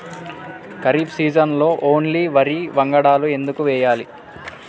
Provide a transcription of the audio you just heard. ఖరీఫ్ సీజన్లో ఓన్లీ వరి వంగడాలు ఎందుకు వేయాలి?